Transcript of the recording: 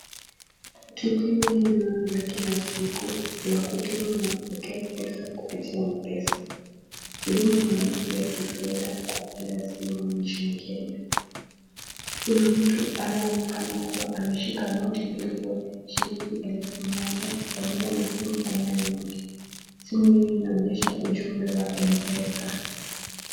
Tukio hili ni la kila siku, la kutuma na kupokea pesa katika mpesa, huduma maarufu ya kifedha kwa njia ya simu nchini Kenya, kuna mtu ambaye anaonekana ameshika noti mbili za shilingi elfu moja, pamoja na simu aina ya Nokia, simu hio inaonyesha ujumbe wa mpesa.